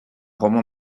roman